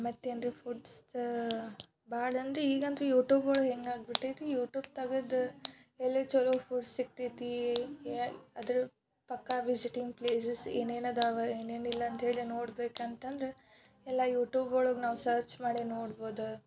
ಮತ್ತೇನು ರಿ ಫುಡ್ಸ್ದ್ ಭಾಳ ಅಂದರೆ ಈಗಂದರೆ ಯೂಟ್ಯೂಬ್ ಒಳಗೆ ಹೆಂಗಾಗಿಬಿಟ್ಟೈತಿ ಯೂಟ್ಯೂಬ್ ತೆಗ್ದ್ ಎಲ್ಲಿ ಚಲೋ ಫುಡ್ ಸಿಗ್ತೈತೀ ಅದರ ಪಕ್ಕ ವಿಝಿಟಿಂಗ್ ಪ್ಲೇಸಸ್ ಏನೇನು ಅದಾವೆ ಏನೇನಿಲ್ಲ ಅಂತ ಹೇಳಿ ನೋಡಬೇಕಂತಂದ್ರೆ ಎಲ್ಲ ಯೂಟ್ಯೂಬ್ ಒಳಗೆ ನಾವು ಸರ್ಚ್ ಮಾಡಿ ನೋಡ್ಬೊದು